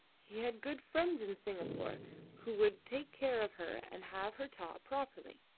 he had good friends in singapore who would take care of her and have her taught properly.